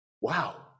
Wow